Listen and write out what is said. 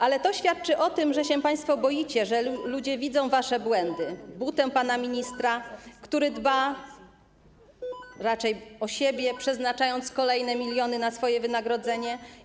Ale to świadczy o tym, że państwo boicie się, że ludzie widzą wasze błędy, butę pana ministra, który dba raczej o siebie, przeznaczając kolejne miliony na swoje wynagrodzenie.